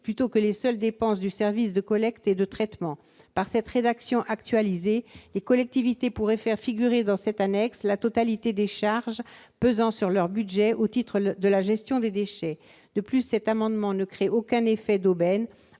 plutôt que les seules dépenses du service de collecte et de traitement. Par cette rédaction actualisée, les collectivités pourraient faire figurer dans l'annexe relative à la TEOM la totalité des charges pesant sur leur budget au titre de la gestion des déchets. De plus, l'adoption de cet amendement ne créerait aucun effet d'aubaine.